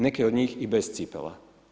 Neke od njih i bez cipela.